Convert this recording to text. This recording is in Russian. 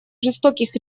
жестоких